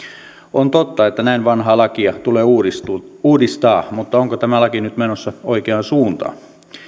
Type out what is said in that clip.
on totta että näin vanhaa lakia tulee uudistaa uudistaa mutta onko tämä laki nyt menossa oikeaan suuntaan